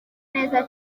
neza